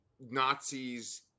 Nazis